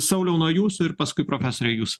sauliau nuo jūsų ir paskui profesore jūs